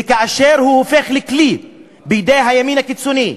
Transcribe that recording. וכאשר הוא הופך לכלי בידי הימין הקיצוני,